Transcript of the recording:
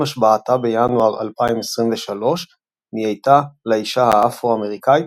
השבעתה בינואר 2023 נהייתה לאישה האפרו-אמריקאית